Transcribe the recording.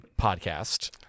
podcast